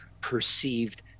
perceived